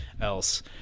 else